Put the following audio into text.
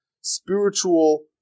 spiritual